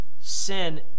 sin